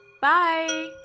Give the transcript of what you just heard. bye